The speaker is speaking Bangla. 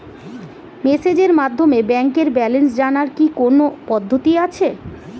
মেসেজের মাধ্যমে ব্যাংকের ব্যালেন্স জানার কি কোন পদ্ধতি আছে?